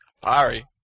Sorry